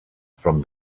from